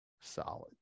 solid